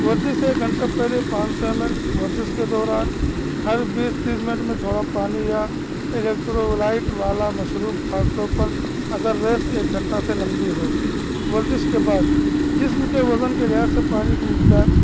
ورزش ایک گھنٹہ پہلے پانچ سو ایم ایل ورزش کے دوران ہر بیس تیس منٹ میں تھوڑا پانی یا الیکٹرو لائٹ والا مشروب خاص طور پر اگر ریس ایک گھنٹہ سے لمبی ہو ورزش کے بعد جسم کے وزن کے لحاظ سے پانی کی مقدار